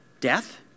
Death